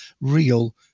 real